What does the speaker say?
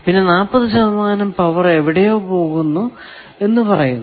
പിന്നെ 40 ശതമാനം പവർ എവിടെയോ പോകുന്നു എന്ന് പറയുന്നു